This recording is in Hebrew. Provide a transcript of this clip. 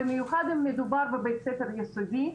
במיוחד אם מדובר על בית ספר יסודי,